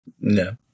No